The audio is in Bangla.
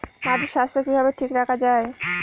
মাটির স্বাস্থ্য কিভাবে ঠিক রাখা যায়?